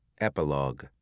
Epilogue